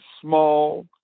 small